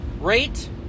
rate